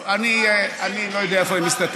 טוב, אני לא יודע איפה היא מסתתרת.